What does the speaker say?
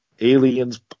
aliens